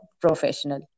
professional